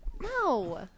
No